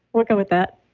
we'll go with that